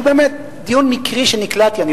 שהוא באמת דיון מקרי שנקלעתי אליו.